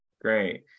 great